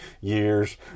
years